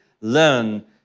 learn